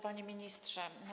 Panie Ministrze!